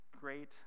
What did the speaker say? great